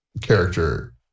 character